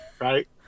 Right